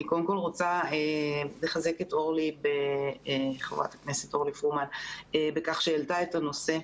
אני קודם כל רוצה לחזק את חברת הכנסת אורלי פרומן בכך שהעלתה את הנושא.